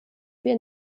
wir